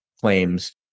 claims